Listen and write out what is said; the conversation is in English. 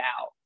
out